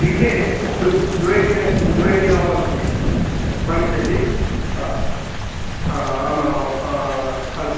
DJ तु द्वेदिने द्वे दिनौ अस्ति भविष्यति हा आमामां हल्